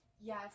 Yes